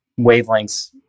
wavelengths